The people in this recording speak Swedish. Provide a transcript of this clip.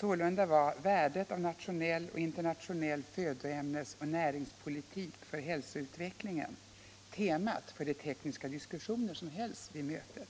Sålunda var ”Värdet av nationell och internationell födoämnesoch näringspolitik för hälsoutvecklingen” temat för de tekniska diskussioner som hölls vid mötet.